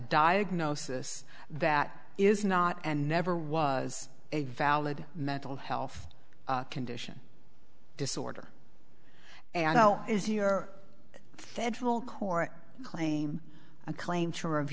diagnosis that is not and never was a valid mental health condition disorder and now is your federal court claim a claim to